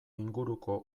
inguruko